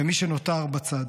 ומי שנותר בצד.